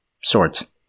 swords